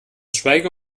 schweige